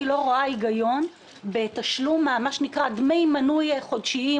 אני לא רואה היגיון בדמי מנוי חודשיים,